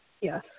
Yes